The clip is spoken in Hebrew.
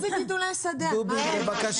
על איזה גידולי שדה את מדברת?